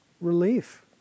relief